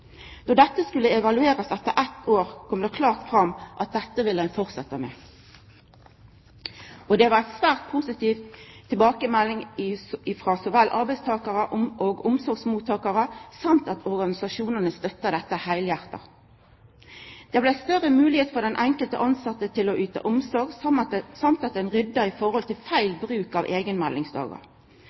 Då dette skulle evaluerast etter eit år, kom det klart fram at dette ville ein fortsetja med. Det kom svært positive tilbakemeldingar frå arbeidstakarar og omsorgsmottakarar, og organisasjonane støtta dette heilhjarta. Det blei større moglegheit for den enkelte tilsette til å yta omsorg, og ein rydda opp i forhold til feil bruk av eigenmeldingsdagar.